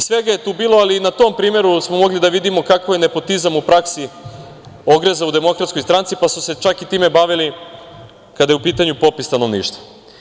Svega je tu bilo, ali na tom primeru smo mogli da vidimo kako je nepotizam u praksi ogrezao u Demokratskoj stranci, pa su se čak i time bavili kada je u pitanju popis stanovništva.